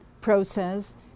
process